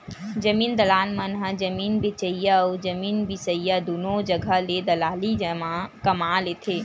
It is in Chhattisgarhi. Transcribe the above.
जमीन दलाल मन ह जमीन बेचइया अउ जमीन बिसईया दुनो जघा ले दलाली कमा लेथे